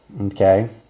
Okay